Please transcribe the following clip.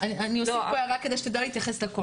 אוסיף פה הערה כדי שתדע להתייחס לכול.